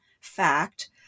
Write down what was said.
fact